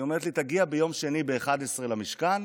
היא אומרת לי: תגיע ביום שני ב-11:00 למשכן.